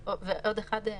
-- -וגם